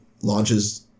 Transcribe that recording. launches